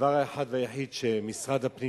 שהדבר האחד והיחיד שמשרד הפנים,